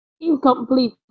Incomplete